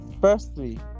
firstly